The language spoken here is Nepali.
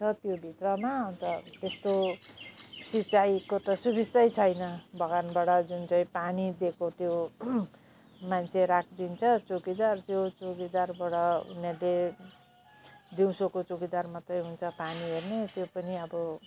छ त्यो भित्रमा अन्त त्यस्तो सिँचाइको त सुबिस्ता छैन बगानबाट जुन चाहिँ पानी दिएको त्यो मान्छे राखिदिन्छ चौकिदार त्यो चौकिदारबाट उनीहरूले दिउँसोको चौकिदार मात्र हुन्छ पानी हेर्ने त्यो पनि अब